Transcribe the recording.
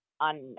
On